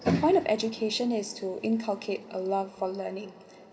the point of education has to inculcate a love for learning